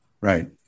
Right